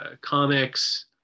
comics